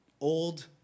old